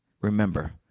remember